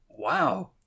Wow